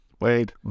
wait